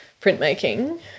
printmaking